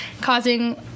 causing